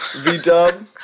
V-dub